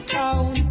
town